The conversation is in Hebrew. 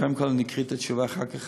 קודם כול אקריא את התשובה ואחר כך